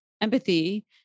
empathy